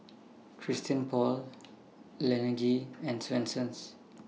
Christian Paul Laneige and Swensens